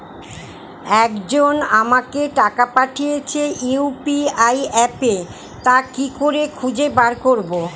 একজন আমাকে টাকা পাঠিয়েছে ইউ.পি.আই অ্যাপে তা কি করে খুঁজে বার করব?